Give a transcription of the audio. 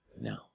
No